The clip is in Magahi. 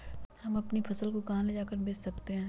हम अपनी फसल को कहां ले जाकर बेच सकते हैं?